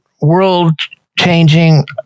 world-changing